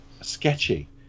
sketchy